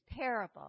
parable